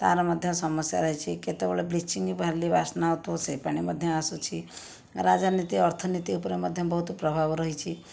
ତା'ର ମଧ୍ୟ ସମସ୍ୟା ରହିଛି କେତେବେଳେ ବ୍ଲିଚିଂ ବାଲି ବାସ୍ନା ହେଉଥିବ ସେ ପାଣି ମଧ୍ୟ ଆସୁଛି ରାଜନୀତି ଅର୍ଥନୀତି ଉପରେ ମଧ୍ୟ ବହୁତ ପ୍ରଭାବ ରହିଛି